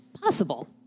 possible